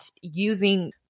using